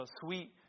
sweet